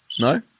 No